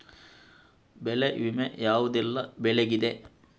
ಬೆಳೆ ವಿಮೆ ಯಾವುದೆಲ್ಲ ಬೆಳೆಗಿದೆ?